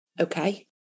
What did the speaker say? Okay